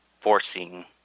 forcing